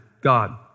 God